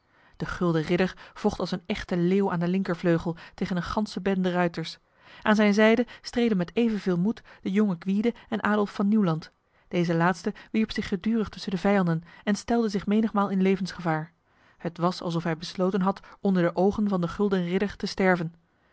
de gulden ridder vocht als een echte leeuw aan de linkervleugel tegen een ganse bende ruiters aan zijn zijde streden met evenveel moed de jonge gwyde en adolf van nieuwland deze laatste wierp zich gedurig tussen de vijanden en stelde zich menigmaal in levensgevaar het was alsof hij besloten had onder de ogen van de gulden ridder te sterven